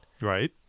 Right